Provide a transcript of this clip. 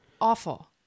awful